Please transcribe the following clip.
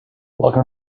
welcome